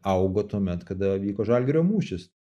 augo tuomet kada vyko žalgirio mūšis